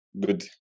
good